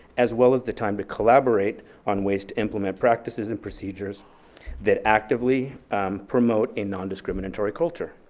as well as the time to collaborate on ways to implement practices and procedures that actively promote a non discriminatory culture.